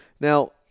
now